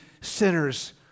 sinners